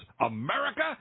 America